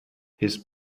his